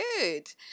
good